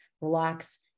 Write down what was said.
relax